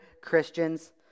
Christians